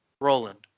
Roland